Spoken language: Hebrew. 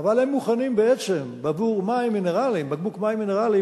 אבל הם מוכנים עבור בקבוק מים מינרליים